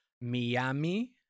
Miami